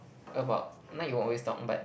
about not you always talk but